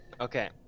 Okay